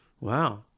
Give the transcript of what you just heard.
Wow